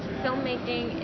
filmmaking